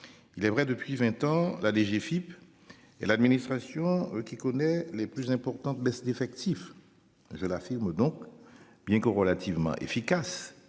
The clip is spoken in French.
Il est vrai depuis 20 ans la DGFIP. Et l'administration qui connaît les plus importantes baisses d'effectifs. Je l'affirme donc bien que relativement efficace